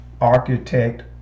architect